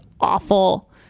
awful